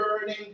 burning